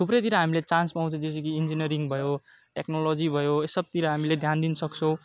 थुप्रैतिर हामीले चान्स पाउँछ जस्तो कि इन्जिनयरिङ भयो टेक्नोलोजी भयो यो सबतिर हामीले ध्यान दिनु सक्छौँ